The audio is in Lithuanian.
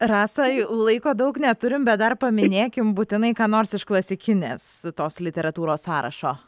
rasa laiko daug neturim bet dar paminėkim būtinai ką nors iš klasikinės tos literatūros sąrašo